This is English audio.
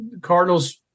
Cardinals